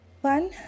One